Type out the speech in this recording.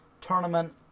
tournament